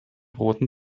roten